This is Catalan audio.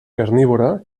carnívora